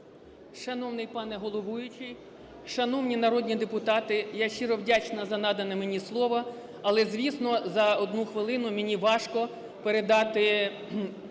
Шановний пане головуючий, шановні народні депутати. я щиро вдячна за надане мені слово. Але, звісно, за одну хвилину мені важко передати